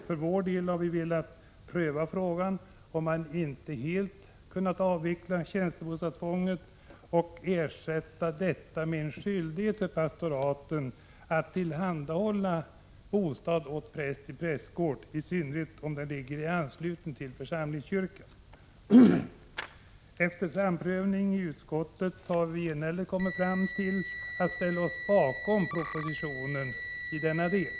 För vår del har vi velat pröva huruvida tjänstebostadstvånget inte skulle kunna avvecklas helt och ersättas med skyldighet för pastoraten att tillhandahålla bostad åt präst i prästgård, i synnerhet om den ligger i anslutning till församlingskyrkan. Efter samprövning i utskottet har vi enhälligt kommit fram till att ställa oss bakom propositionen i denna del.